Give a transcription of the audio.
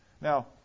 Now